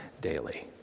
daily